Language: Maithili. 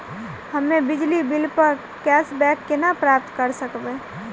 हम्मे बिजली बिल प कैशबैक केना प्राप्त करऽ सकबै?